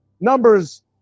numbers